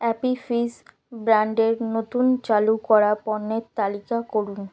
Appy Fizz ব্র্যান্ডের নতুন চালু করা পণ্যের তালিকা করুন